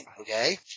okay